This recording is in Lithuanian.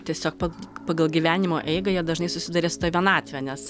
tiesiog pag pagal gyvenimo eigą jie dažnai susiduria su ta vienatve nes